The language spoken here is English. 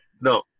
No